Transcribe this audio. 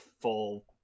full